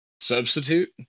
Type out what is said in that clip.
Substitute